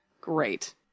Great